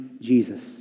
Jesus